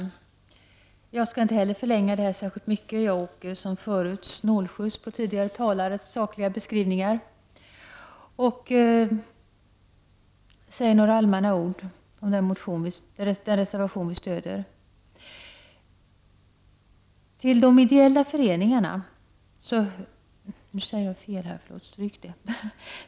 Herr talman! Inte heller jag skall förlänga debatten särskilt mycket. Jag åker som förut snålskjuts på tidigare talares beskrivningar av sakfrågan. Jag skall bara säga några ord om den reservation som vi stöder.